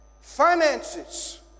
finances